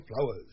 flowers